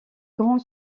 grand